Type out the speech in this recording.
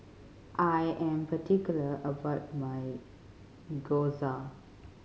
I am particular about my Gyoza